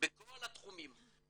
בכל התחומים.